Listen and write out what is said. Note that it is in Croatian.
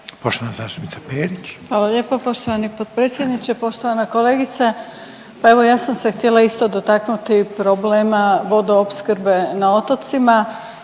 Grozdana (HDZ)** Hvala lijepo poštovani potpredsjedniče, poštovana kolegice, pa evo ja sam se htjela isto dotaknuti problema vodoopskrbe na otocima.